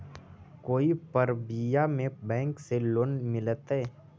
कोई परबिया में बैंक से लोन मिलतय?